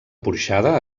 porxada